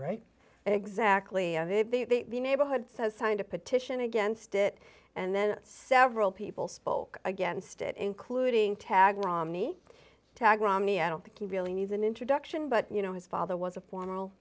and exactly the neighborhood says signed a petition against it and then several people spoke against it including tagg romney tag romney i don't think he really needs an introduction but you know his father was a formal